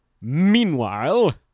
Meanwhile